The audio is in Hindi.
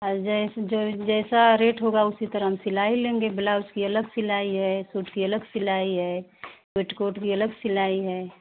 जैसा रेट होगा उसी तरह हम सिलाई लेंगे ब्लाउज़ की अलग सिलाई है सूट की अलग सिलाई है पेटीकोट की अलग सिलाई है